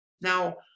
Now